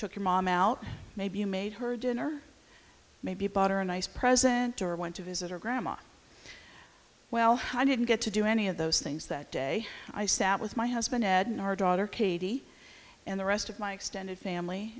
took your mom out maybe you made her dinner maybe bought her a nice present or went to visit her grandma well how did you get to do any of those things that day i sat with my husband edna our daughter katie and the rest of my extended family